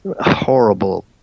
horrible